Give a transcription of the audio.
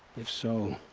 if so.